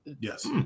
Yes